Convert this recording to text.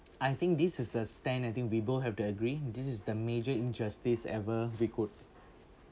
I think this is a stand I think we both have to agree this is the major injustice ever we could